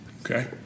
Okay